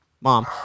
Mom